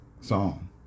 song